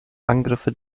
angriffe